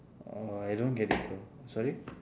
uh I don't get it err sorry